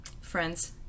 friends